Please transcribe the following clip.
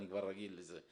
אני כבר רגיל לזה.